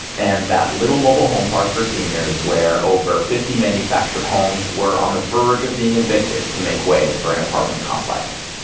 and that little mobile home park for seniors, where over fifty manufactured homes were on the verge of being evicted to make way for an apartment complex.